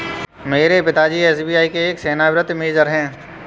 मेरे पिता जी एस.बी.आई के एक सेवानिवृत मैनेजर है